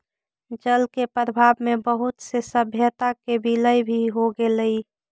जल के प्रवाह में बहुत से सभ्यता के विलय भी हो गेलई